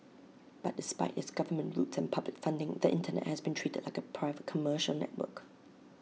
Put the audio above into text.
but despite its government roots in public funding the Internet has been treated like A private commercial network